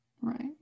Right